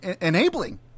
enabling